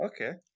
Okay